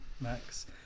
Max